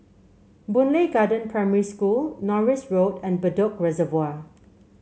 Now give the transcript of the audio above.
Boon Lay Garden Primary School Norris Road and Bedok Reservoir